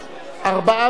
ארבעה בעד,